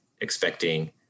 expecting